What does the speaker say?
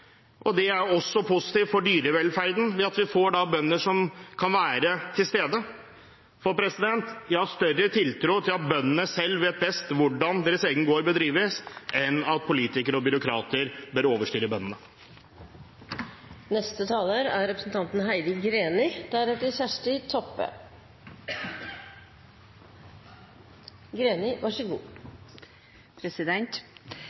og det er også positivt for dyrevelferden, ved at vi får bønder som kan være til stede, for jeg har større tiltro til at bøndene selv vet best hvordan deres egen gård bør drives, enn til at politikere og byråkrater bør overstyre bøndene.